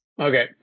Okay